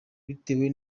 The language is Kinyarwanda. bitewe